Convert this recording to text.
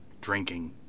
drinking